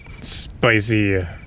spicy